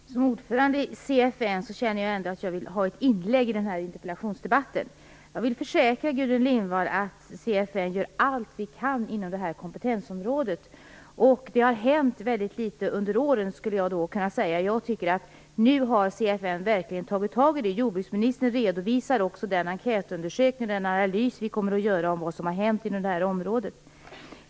Herr talman! Som ordförande i CFN känner jag ändå att jag vill göra ett inlägg i interpellationsdebatten. Jag vill försäkra Gudrun Lindvall att vi i CFN gör allt vi kan inom kompetensområdet. Det har hänt väldigt litet under åren. Nu har CFN verkligen tagit sig an frågan. Jordbruksministern redovisar också den enkätundersökning och analys vi kommer att göra om vad som har hänt inom området.